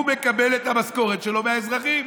הוא מקבל את המשכורת שלו מהאזרחים,